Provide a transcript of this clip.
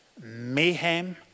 mayhem